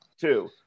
Two